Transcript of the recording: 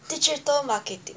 digital marketing